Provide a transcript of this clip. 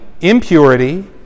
impurity